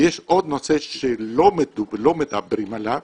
ויש עוד נושא שלא מדברים עליו,